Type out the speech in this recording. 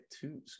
two